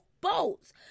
boats